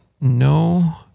no